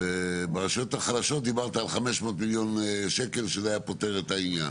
וברשויות החלשות דיברת על 500 מיליון שקלים שזה היה פותר את העניין.